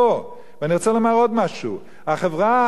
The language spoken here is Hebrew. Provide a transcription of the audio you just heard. החברה הדמוקרטית הנבחרת,